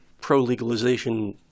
pro-legalization